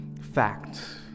fact